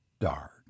dark